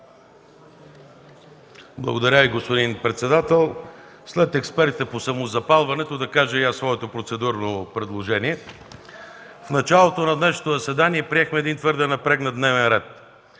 Благодаря, господин председател. След експерта по самозапалването да кажа и аз своето процедурно предложение. В началото на днешното заседание приехме твърде напрегнат дневен ред.